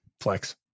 Flex